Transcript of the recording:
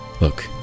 Look